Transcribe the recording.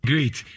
Great